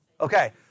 Okay